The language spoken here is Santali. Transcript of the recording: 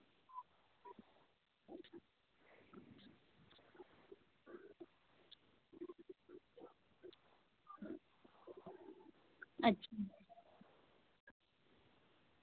ᱟᱪᱪᱷᱟ